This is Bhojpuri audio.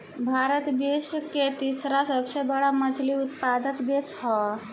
भारत विश्व के तीसरा सबसे बड़ मछली उत्पादक देश ह